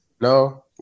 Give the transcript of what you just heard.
no